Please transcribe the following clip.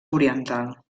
oriental